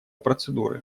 процедуры